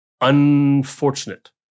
unfortunate